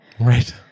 right